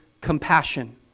compassion